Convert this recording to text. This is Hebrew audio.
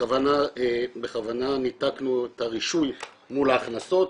בכוונה ניתקנו את הרישוי מול ההכנסות,